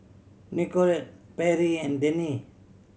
Nikole Perri and Dennie